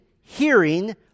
hearing